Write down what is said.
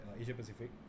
Asia-Pacific